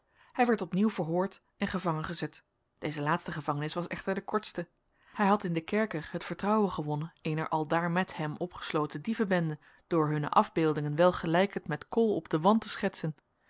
hij werd opnieuw verhoord en gevangengezet deze laatste gevangenis was echter de kortste hij had in den kerker het vertrouwen gewonnen eener aldaar met hem opgesloten dievenbende door hunne afbeeldingen welgelijkend met kool op den wand te schetsen